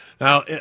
Now